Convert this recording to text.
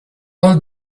old